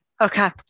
Okay